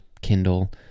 Kindle